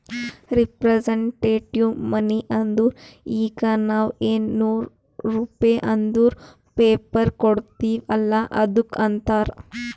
representative money ಅಂದುರ್ ಈಗ ನಾವ್ ಎನ್ ನೂರ್ ರುಪೇ ಅಂದುರ್ ಪೇಪರ್ ಕೊಡ್ತಿವ್ ಅಲ್ಲ ಅದ್ದುಕ್ ಅಂತಾರ್